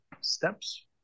steps